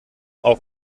auch